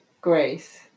grace